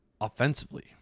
offensively